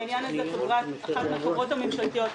בעניין הזה אחת מן החברות הממשלתיות,